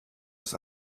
des